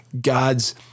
God's